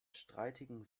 streitigen